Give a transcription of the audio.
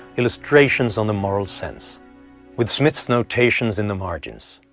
illustrations on the moral sense with smith's notations in the margins.